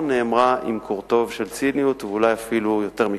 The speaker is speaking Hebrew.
נאמרה בקורטוב של ציניות ואולי אפילו יותר מקורטוב.